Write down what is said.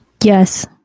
Yes